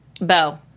Bo